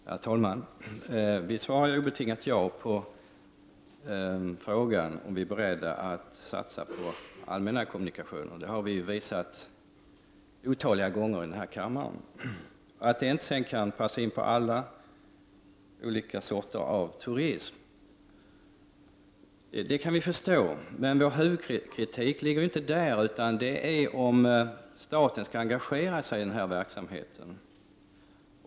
Herr talman! Miljöpartiet de gröna svarar obetingat ja på frågan om vi är beredda att satsa på allmänna kommunikationer. Det har vi redovisat åtskilliga gånger i den här kammaren. Att allmänna kommunikationer inte kan passa för alla former av turism kan vi förstå. Vår huvudkritik ligger inte där, utan frågan är om staten skall engagera sig i den här verksamheten.